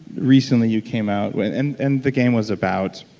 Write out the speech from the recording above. recently you came out with. and and the game was about